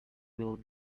will